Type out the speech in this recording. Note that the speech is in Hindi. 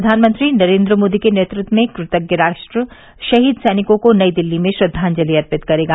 प्रधानमंत्री नरेन्द्र मोदी के नेतृत्व में कृतज्ञ राष्ट्र शहीद सैनिकों को नई दिल्ली में श्रद्वाजलि अर्पित करेगा